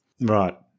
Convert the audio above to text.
Right